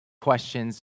questions